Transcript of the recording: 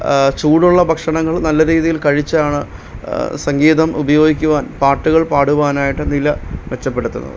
ചൂടുള്ള ഭക്ഷണങ്ങള് നല്ല രീതിയില് കഴിച്ചാണ് സംഗീതം ഉപയോഗിക്കുവാന് പാട്ടുകള് പാടുവാനായിട്ട് നില മെച്ചപ്പെടുത്തുന്നത്